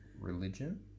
Religion